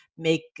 Make